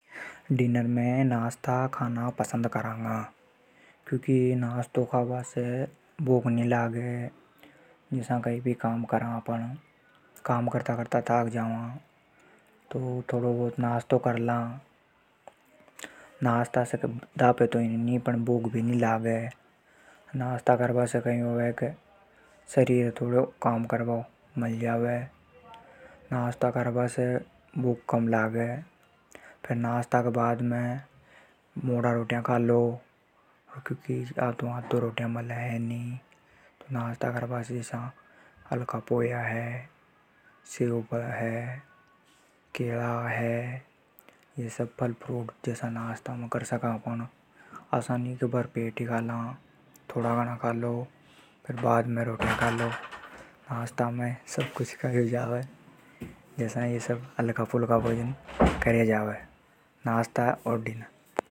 डिनर में नाश्तो खाबो पसंद करांगा, क्योंकि नाश्तो खाबा से भूख नी लागे। जसा कई भी काम करा तो काम करता करता भूख लागे तो थोड़ो बहुत नाश्तो कर ला। नाश्ता से पेट भी नी भरे तो भूख भी नी लागे। नाश्ता से शरीर हे काम करबो मल जावे। नाश्ता करबा के बाद रोटी मोड़ा खालों। नाश्ता में पोहा हे फल फ्रूट असा की चीजा नाश्ता में कर सका। नाश्तो असा नी के भई भर पेट खा ला। नाश्ता में हल्को फुल्को खायो जावे।